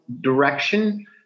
direction